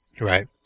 Right